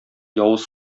явыз